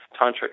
tantric